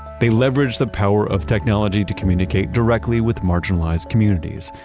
they leverage the power of technology to communicate directly with marginalized communities,